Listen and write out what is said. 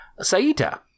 Saita